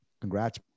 Congrats